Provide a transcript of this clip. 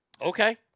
Okay